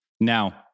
Now